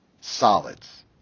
Solids